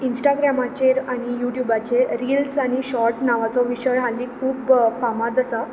इन्स्टाग्रेमाचेर आनी यूट्यूबाचेर रील्स आनी शॉर्ट नांवाचो विशय हालीं खूब फामाद आसा